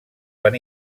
van